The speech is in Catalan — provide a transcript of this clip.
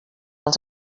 els